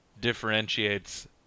differentiates